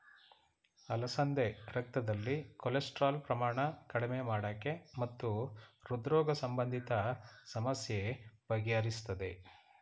ಅಲಸಂದೆ ರಕ್ತದಲ್ಲಿ ಕೊಲೆಸ್ಟ್ರಾಲ್ ಪ್ರಮಾಣ ಕಡಿಮೆ ಮಾಡಕೆ ಮತ್ತು ಹೃದ್ರೋಗ ಸಂಬಂಧಿತ ಸಮಸ್ಯೆ ಬಗೆಹರಿಸ್ತದೆ